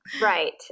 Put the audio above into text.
Right